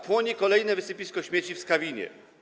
Płonie kolejne wysypisko śmieci - w Skawinie.